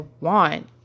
want